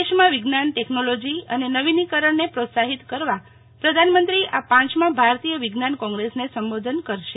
દેશમાં વિજ્ઞાનટેકનોલોજી અને નવીનીકરણને પ્રોત્સાહીત કરવા પ્રધાનમંત્રી આ પાંચમા ભારતીય વિજ્ઞાન કોંગ્રેસને સંબોધન કરશે